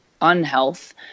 unhealth